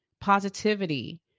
Positivity